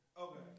okay